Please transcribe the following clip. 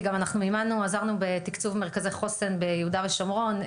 כי אנחנו גם עזרנו בתקצוב מרכזי חוסן ביהודה ושומרון,